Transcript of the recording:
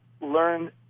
learn